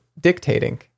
dictating